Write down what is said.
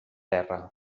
erra